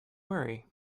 worry